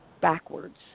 backwards